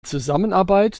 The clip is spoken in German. zusammenarbeit